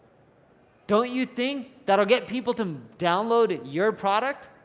don't you think that'll get people to download your product?